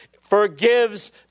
forgives